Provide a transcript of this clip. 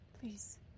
Please